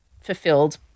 fulfilled